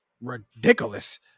ridiculous